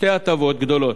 שתי הטבות גדולות: